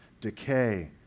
decay